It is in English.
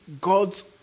God's